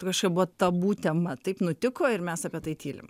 tai kažkaip buvo tabu tema taip nutiko ir mes apie tai tylim